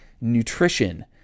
nutrition